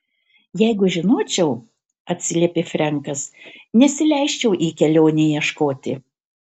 jeigu žinočiau atsiliepė frenkas nesileisčiau į kelionę ieškoti